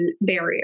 barrier